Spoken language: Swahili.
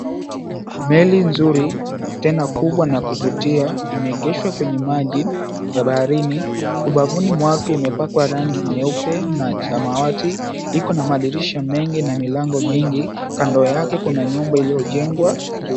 Meli nzuri tena kubwa na ya kuvutia imeegeshwa kwenye maji ya baharini. Ubavuni mwake imepakwa rangi nyeupe na samawati. Iko na madirisha mengi na milango mingi, kando yake kuna nyumba iliyojengwa juu.